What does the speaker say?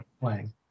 playing